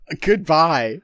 goodbye